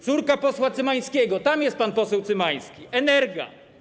Córka posła Cymańskiego - tam jest pan poseł Cymański - Energa.